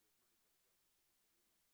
אבל היוזמה היתה לגמרי שלי כי אני אמרתי